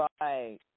Right